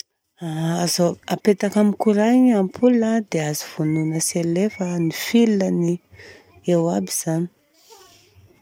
Apetaka amin'ny courant gny ampola a, dia azo vonina sy alefa a, ny fil-ny, eo aby izany.